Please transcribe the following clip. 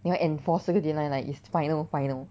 你要 enforce 这个 deadline like is final final